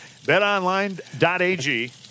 BetOnline.ag